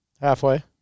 Halfway